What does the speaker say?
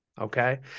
Okay